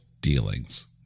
dealings